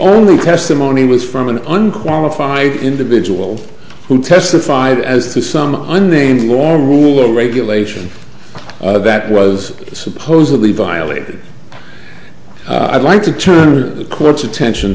only testimony was from an unqualified individual who testified as to some unnamed warm rule or regulation that was supposedly violated i'd like to turn the court's attention